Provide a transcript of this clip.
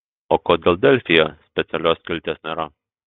o kodėl delfyje specialios skilties nėra